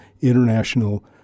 International